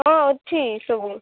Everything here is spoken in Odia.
ହଁ ଅଛି ସବୁ